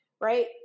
right